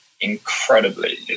incredibly